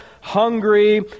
hungry